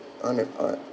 unem~ uh